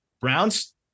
Brown's